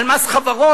על מס חברות,